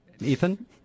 Ethan